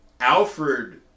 Alfred